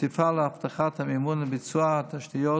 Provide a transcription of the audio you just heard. ותפעל להבטחת המימון לביצוע התשתיות